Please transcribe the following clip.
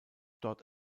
dort